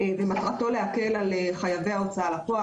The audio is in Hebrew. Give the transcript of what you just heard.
ומטרתו להקל על חייבי ההוצאה לפועל.